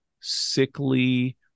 sickly